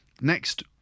Next